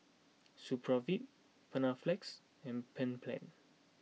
Supravit Panaflex and Bedpans